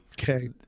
Okay